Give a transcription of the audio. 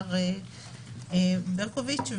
שאמר ברקוביץ.